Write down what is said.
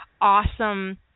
awesome